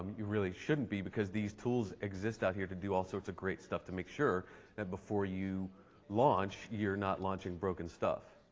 you really shouldn't be because these tools exist out here to do all sorts of great stuff to make sure that before you launch, you're not launching broken stuff.